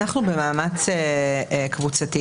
אנחנו במאמץ קבוצתי.